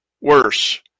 worse